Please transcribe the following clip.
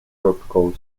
tropical